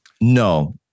No